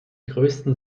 größten